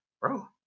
bro